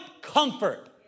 comfort